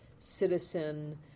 citizen